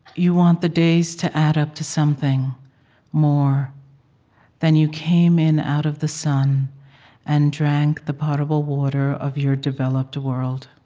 you want the days to add up to something more than you came in out of the sun and drank the potable water of your developed world